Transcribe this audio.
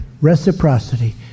reciprocity